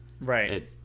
Right